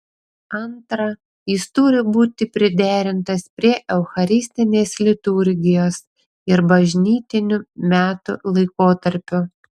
antra jis turi būti priderintas prie eucharistinės liturgijos ir bažnytinių metų laikotarpių